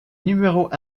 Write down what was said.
numéros